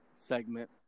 segment